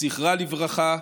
זכרה לברכה,